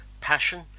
Passion